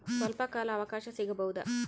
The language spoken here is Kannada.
ಸ್ವಲ್ಪ ಕಾಲ ಅವಕಾಶ ಸಿಗಬಹುದಾ?